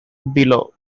below